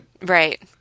Right